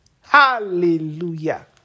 Hallelujah